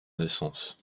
naissance